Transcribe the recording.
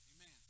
Amen